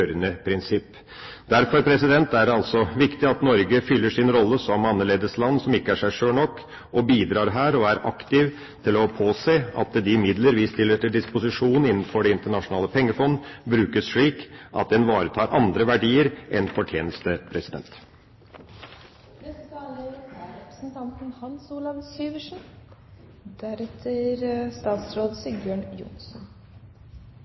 prinsipp. Derfor er det altså viktig at Norge fyller sin rolle som annerledesland, som ikke er seg sjøl nok, og bidrar her og er aktiv i forhold til å påse at de midler vi stiller til disposisjon innenfor Det internasjonale pengefondet, brukes slik at en ivaretar andre verdier enn fortjeneste.